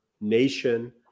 nation